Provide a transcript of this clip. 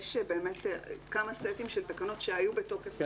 יש כמה סטים של תקנות שהיו בתוקף --- כי